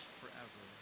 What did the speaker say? forever